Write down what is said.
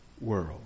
world